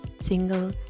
single